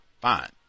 Fine